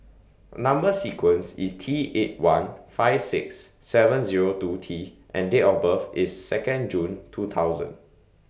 Number sequence IS T eight one five six seven Zero two T and Date of birth IS Second June two thousand